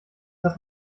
das